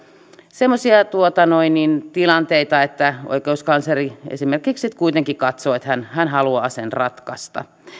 semmoisia tilanteita että oikeuskansleri esimerkiksi sitten kuitenkin katsoo että hän hän haluaa sen ratkaista